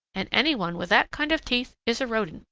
and any one with that kind of teeth is a rodent,